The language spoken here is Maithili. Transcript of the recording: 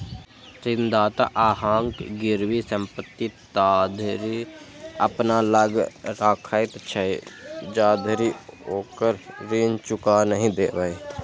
ऋणदाता अहांक गिरवी संपत्ति ताधरि अपना लग राखैत छै, जाधरि ओकर ऋण चुका नहि देबै